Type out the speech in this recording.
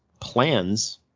plans